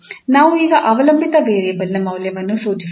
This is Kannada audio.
ನಾವು ಈಗ ಅವಲಂಬಿತ ವೇರಿಯೇಬಲ್ನ ಮೌಲ್ಯವನ್ನು ಸೂಚಿಸಬೇಕು